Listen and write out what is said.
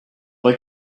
like